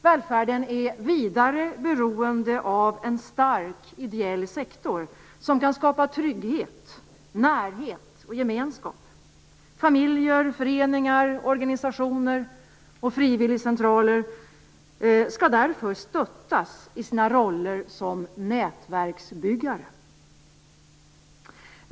Välfärden är vidare beroende av en stark ideell sektor som kan skapa trygghet, närhet och gemenskap. Familjer, föreningar, organisationer och frivilligcentraler skall därför stöttas i sina roller som nätverksbyggare.